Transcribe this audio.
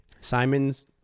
Simon's